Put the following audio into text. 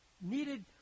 Needed